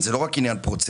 זה לא רק עניין פרוצדורלי.